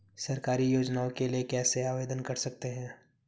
सरकारी योजनाओं के लिए कैसे आवेदन कर सकते हैं?